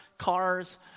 cars